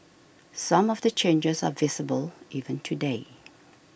some of the changes are visible even today